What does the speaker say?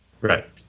Right